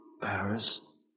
Paris